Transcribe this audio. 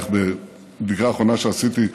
בבדיקה אחרונה שעשיתי,